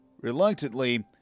Reluctantly